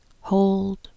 hold